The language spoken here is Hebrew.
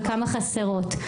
וכמה חסרות?